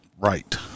right